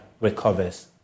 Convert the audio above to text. recovers